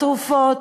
התרופות,